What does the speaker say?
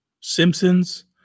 Simpsons